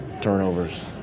turnovers